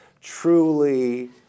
truly